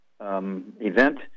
Event